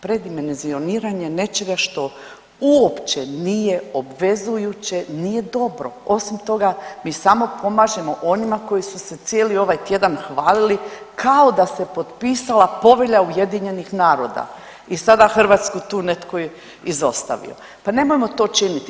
Predimenzioniranje nečega što uopće nije obvezujuće nije dobro, osim toga, mi samo pomažemo onima koji su se cijeli ovaj tjedan hvalili kao da se potpisala Povelja UN-a i sada Hrvatsku tu netko izostavio, pa nemojmo to činiti.